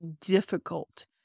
difficult